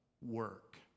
work